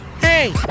Hey